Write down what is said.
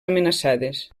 amenaçades